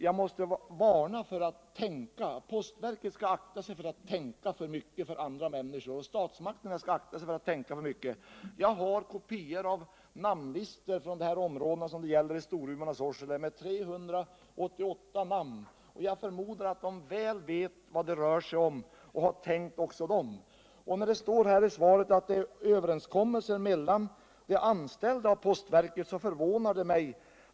Jag tycker att postverket och statsmakterna måste akta sig för att tänka för mycket för de enskilda människorna. Jag har kopior av namnlistor med 388 namn från de berörda områdena Storuman och Sorsele, och jag förmodar att också de människorna har tänkt och väl vet vad det rör sig om. Det förvånar mig att det i detta fall. som framhålls i svaret, är fråga om en överenskommelse mellan postverket och de anställda.